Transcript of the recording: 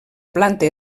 planta